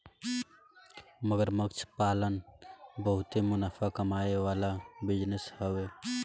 मगरमच्छ पालन बहुते मुनाफा कमाए वाला बिजनेस हवे